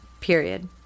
period